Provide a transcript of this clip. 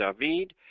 David